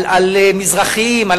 על מזרחיים?